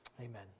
Amen